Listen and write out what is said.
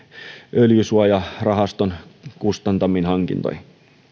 öljysuojarahaston kustantamiin hankintoihin